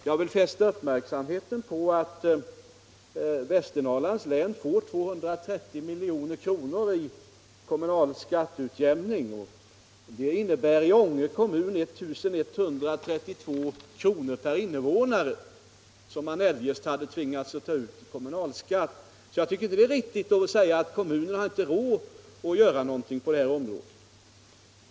Jag vill fästa uppmärksamheten på att Västernorrlands län får 230 milj.kr. i kommunal skatteutjämning. Det innebär i Ånge kommun 1132 kr. per invånare, vilket man eljest hade tvingats att ta ut i kommunalskatt. Jag tycker därför inte det är riktigt att påstå att kommunerna inte har råd att göra någonting på det här området.